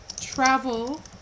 travel